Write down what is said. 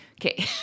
Okay